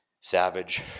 savage